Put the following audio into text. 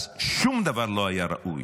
אז שום דבר לא היה ראוי.